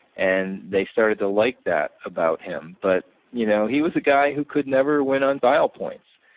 and they started to like that about him. but you know he was a guy who could never win on dial points.